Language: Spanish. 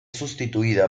sustituida